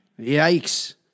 yikes